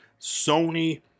Sony